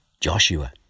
Joshua